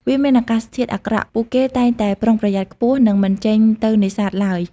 ពេលមានអាកាសធាតុអាក្រក់ ពួកគេតែងតែប្រុងប្រយ័ត្នខ្ពស់ និងមិនចេញទៅនេសាទឡើយ។